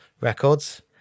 records